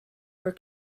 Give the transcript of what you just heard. were